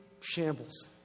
shambles